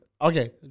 Okay